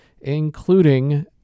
including